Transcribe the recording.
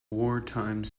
wartime